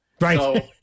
right